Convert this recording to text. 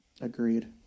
Agreed